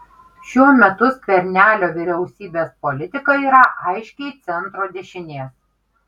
šiuo metu skvernelio vyriausybės politika yra aiškiai centro dešinės